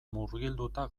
murgilduta